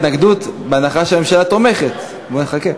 התנגדות בהנחה שהממשלה תומכת, בוא נחכה.